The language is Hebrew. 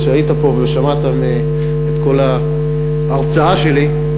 היית פה ושמעת את כל ההרצאה שלי,